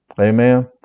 Amen